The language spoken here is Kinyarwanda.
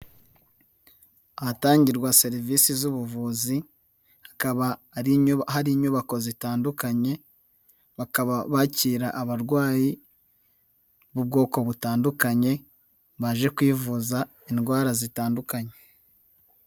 Ahatangirwa serivisi z'ubuvuzi hakaba ari hari inyubako zitandukanye, bakaba bakira abarwayi b'ubwoko butandukanye baje kwivuza indwara zitandukanye.